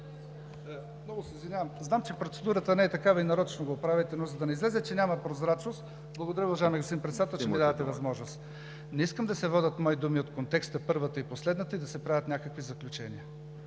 Много се извинявам, знам, че процедурата не е такава и нарочно го правите, но за да не излезе, че няма прозрачност, благодаря, уважаеми господин Председател, че ми давате възможност. Не искам да се вадят мои думи от контекста, първата и последната, и да се правят някакви заключения.